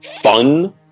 fun